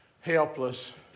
helpless